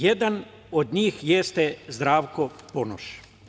Jedan od njih je Zdravko Ponoš.